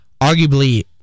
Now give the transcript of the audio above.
arguably